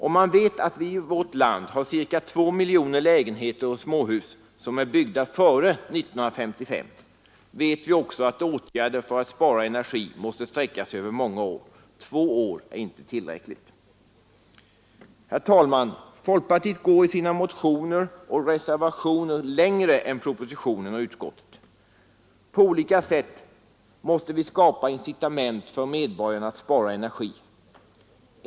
Om vi vet att vi i vårt land har ca 2 miljoner lägenheter och småhus som är byggda före 1955, vet vi också att åtgärder för att spara energi måste sträcka sig över många år. Två år är inte tillräckligt. Herr talman! Folkpartiet går i sina motioner och reservationer längre än regeringen och utskottet. På olika sätt måste vi skapa incitament för medborgarna att spara energi.